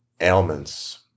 ailments